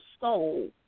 soul